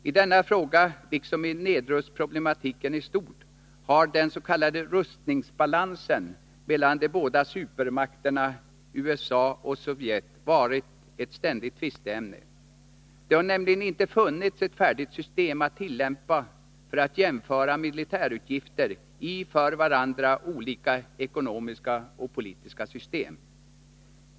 I denna fråga liksom i nedrustningsproblematiken i stort har den s.k. rustningsbalansen mellan de båda supermakterna USA och Sovjet varit ett ständigt tvisteämne. Det har nämligen inte funnits ett färdigt system att tillämpa för att jämföra militärutgifter i för varandra olika ekonomiska och politiska system.